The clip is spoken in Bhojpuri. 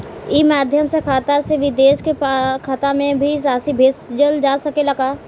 ई माध्यम से खाता से विदेश के खाता में भी राशि भेजल जा सकेला का?